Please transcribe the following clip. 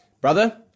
Brother